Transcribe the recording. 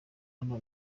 hano